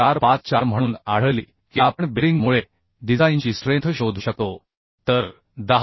454 म्हणून आढळली की आपण बेरिंगमुळे डिझाइनची स्ट्रेंथ शोधू शकतो तर 10 मि